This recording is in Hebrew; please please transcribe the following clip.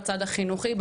בצד החינוכי,